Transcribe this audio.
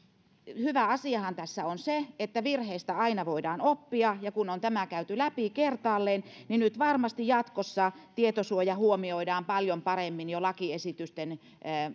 hyvä asiahan tässä on se että virheistä aina voidaan oppia ja kun on tämä käyty läpi kertaalleen niin varmasti nyt jatkossa tietosuoja huomioidaan paljon paremmin jo lakiesitysten